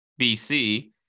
BC